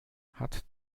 hat